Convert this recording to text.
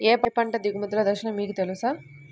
మీ పంట ఎదుగుదల దశలు మీకు తెలుసా?